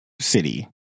city